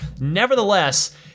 nevertheless